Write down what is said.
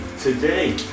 today